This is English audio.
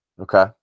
Okay